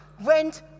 went